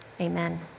amen